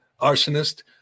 arsonist